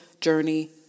journey